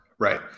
right